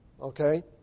Okay